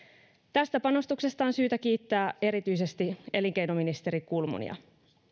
tästä panostuksesta on syytä kiittää erityisesti elinkeinoministeri kulmunia